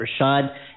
Rashad